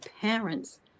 parents